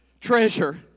treasure